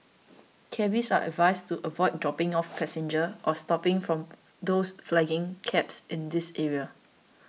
Cabbies are advised to avoid dropping off passenger or stopping from those flagging cabs in these area